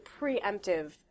preemptive